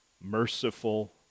merciful